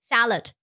Salad